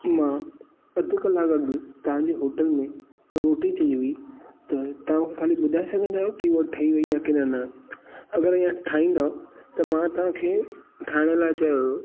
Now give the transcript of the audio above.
मां अधि कलाकु अॻु तव्हांजी होटल में रोटी चई हुई त तव्हां खणी ॿुधाए सघंदो की हूअ ठही वई आहे की न न अगरि इह ठाहींदो त मां तव्हांखे ठाहिण लाइ चयो हुयो